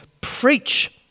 preach